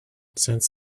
since